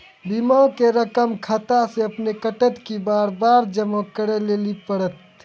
बीमा के रकम खाता से अपने कटत कि बार बार जमा करे लेली पड़त?